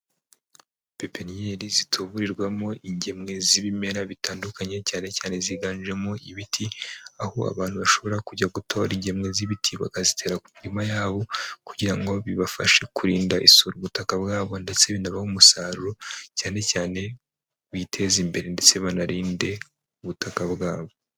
Pepiniyeri zituburirwamo ingemwe z'ibimera bitandukanye cyane cyane ziganjemo ibiti, aho abantu bashobora kujya gutora ingemwe z'ibiti bakazitera ku mirima yabo, kugira ngo bibafashe kurinda isura ubutaka bwabo ndetse binabahe umusaruro, cyane cyane biteze imbere ndetse banarinde ubutaka bwabo.